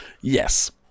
Yes